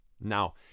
now